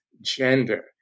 gender